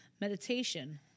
meditation